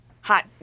hot